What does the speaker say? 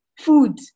food